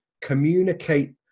communicate